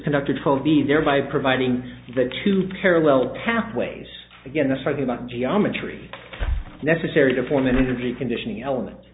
conductor toby thereby providing the two parallel pathways again the story about geometry necessary to form an energy conditioning element